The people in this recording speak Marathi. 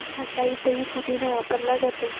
थंडाईतही पुदिना वापरला जातो